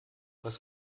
was